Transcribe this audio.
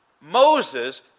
Moses